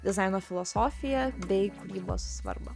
dizaino filosofiją bei kūrybos svarbą